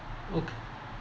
okay